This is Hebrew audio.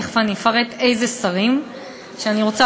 תכף אני אפרט לאיזה שרים אני רוצה